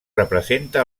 representa